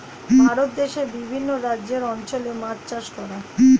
ভারত দেশে বিভিন্ন রাজ্যের অঞ্চলে মাছ চাষ করা